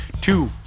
Two